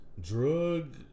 drug